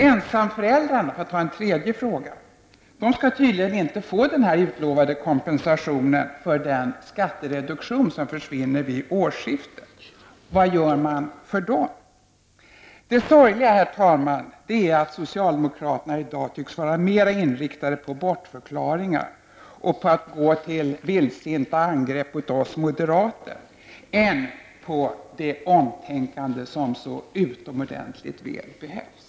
Ensamföräldrarna, för att ta en tredje fråga, skall tydligen inte få den utlovade kompensationen för den skattereduktion som försvinner vid årsskiftet. Det sorgliga, herr talman, är att socialdemokraterna i dag tycks vara mera inriktade på bortförklaringar och på att gå till vildsinta angrepp mot oss moderater än på det omtänkande som så utomordentligt väl behövs.